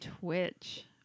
Twitch